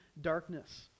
darkness